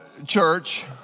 church